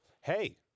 hey